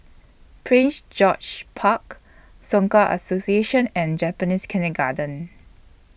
Prince George's Park Soka Association and Japanese Kindergarten